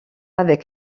avec